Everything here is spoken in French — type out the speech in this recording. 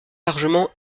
largement